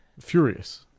furious